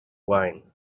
wine